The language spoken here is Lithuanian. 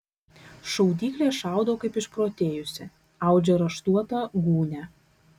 šaudyklė šaudo kaip išprotėjusi audžia raštuotą gūnią